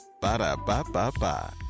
Ba-da-ba-ba-ba